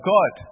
God